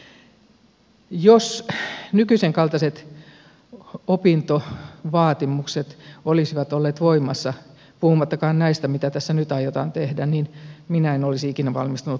jos nykyisenkaltaiset opintovaatimukset olisivat olleet voimassa puhumattakaan näistä mitä tässä nyt aiotaan tehdä niin minä en olisi ikinä valmistunut maisteriksi